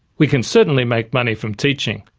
we can certainly make money from teaching.